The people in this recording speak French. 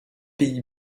pays